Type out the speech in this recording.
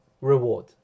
reward